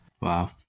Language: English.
Wow